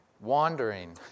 wandering